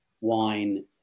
wine